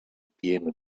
pieno